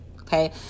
okay